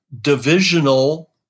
divisional